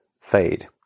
fade